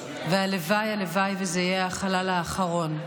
והלוואי, הלוואי שזה יהיה החלל האחרון.